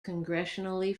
congressionally